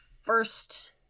first